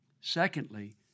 Secondly